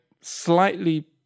slightly